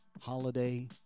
holiday